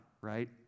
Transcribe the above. Right